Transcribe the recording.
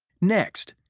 next,